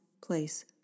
place